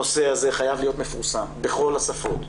הנושא הזה חייב להיות מפורסם בכל השפות.